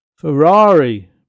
Ferrari